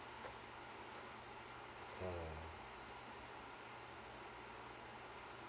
mm